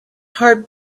heart